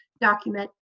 Document